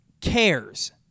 cares